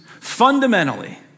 Fundamentally